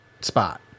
spot